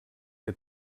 que